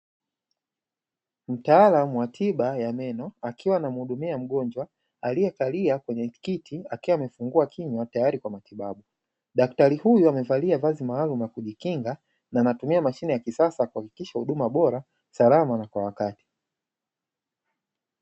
Mtaalamu wa tiba ya meno akiwa ana mhudumia mgonjwa, aliye kalia kwenye kiti akiwa amefungua kinywa tayari kwa matibabu. Daktari huyu amevalia vazi maalumu la kujikinga, na anatumia mashine ya kisasa kuhakikisha huduma bora, salama na kwa wakati.